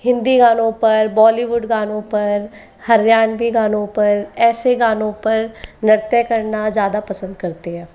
हिंदी गानों पर बॉलीवुड गानों पर हरियाणवी गानों पर ऐसे गानों पर नृत्य करना ज़्यादा पसंद करते हैं